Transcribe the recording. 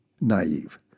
naive